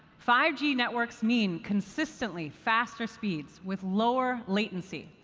five g networks mean consistently faster speeds with lower latency.